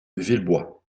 villebois